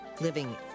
Living